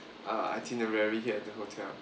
uh itinerary here at the hotel